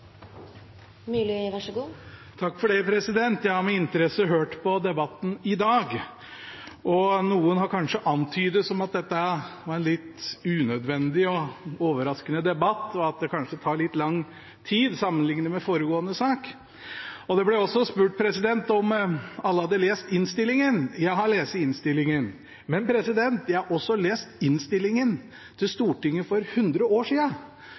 Jeg har med interesse hørt på debatten i dag. Noen har antydet at dette kanskje er en litt unødvendig og overraskende debatt, og at den kanskje tar litt lang tid, sammenliknet med foregående sak. Det ble også spurt om alle hadde lest innstillingen. Jeg har lest innstillingen, men jeg har også lest innstillingen til Stortinget for 100 år